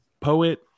poet